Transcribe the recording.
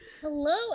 hello